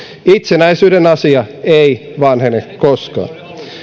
itsenäisyyden asia ei vanhene koskaan